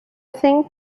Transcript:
think